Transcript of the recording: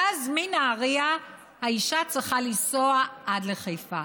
ואז, מנהריה האישה צריכה לנסוע עד לחיפה.